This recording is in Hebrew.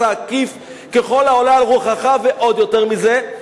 העקיף ככל העולה על רוחך ועוד יותר מזה,